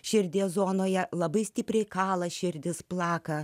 širdies zonoje labai stipriai kala širdis plaka